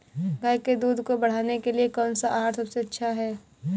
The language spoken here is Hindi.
गाय के दूध को बढ़ाने के लिए कौनसा आहार सबसे अच्छा है?